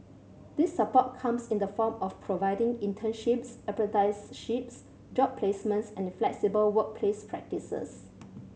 this support comes in the form of providing internships apprenticeships job placements and flexible workplace practices